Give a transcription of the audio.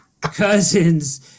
Cousins